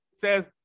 Says